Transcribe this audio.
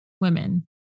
women